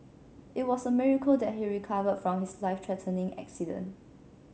it was a miracle that he recovered from his life threatening accident